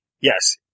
yes